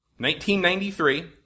1993